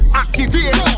activate